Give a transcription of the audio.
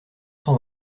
cent